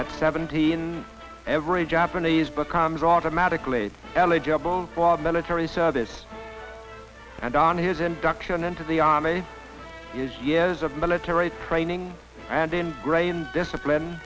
at seventy in every japanese becomes automatically eligible for military service and on his induction into the army is years of military training and ingrained discipline